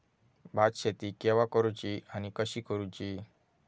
भात शेती केवा करूची आणि कशी करुची?